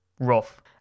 rough